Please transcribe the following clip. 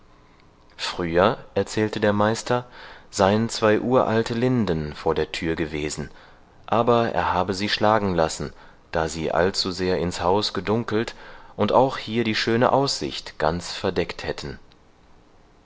früher erzählte der meister seien zwei uralte linden vor der tür gewesen aber er habe sie schlagen lassen da sie allzusehr ins haus gedunkelt und auch hier die schöne aussicht ganz verdeckt hätten